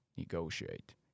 negotiate